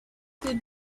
good